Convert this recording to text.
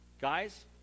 Guys